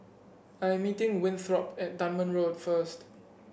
I am meeting Winthrop at Dunman Road first